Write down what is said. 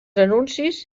anuncis